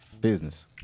business